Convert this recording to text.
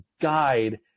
guide